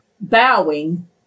bowing